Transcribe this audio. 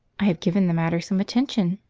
i have given the matter some attention,